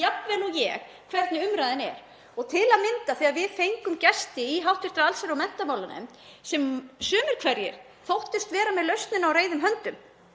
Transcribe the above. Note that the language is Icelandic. jafn vel og ég hvernig umræðan er og til að mynda þegar við fengum gesti í hv. allsherjar- og menntamálanefnd sem sumir hverjir þóttust vera með lausnina á reiðum höndum.